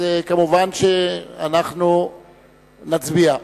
מובן שאנחנו נצביע.